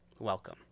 Welcome